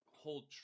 hold